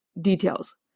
details